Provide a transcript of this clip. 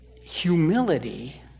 humility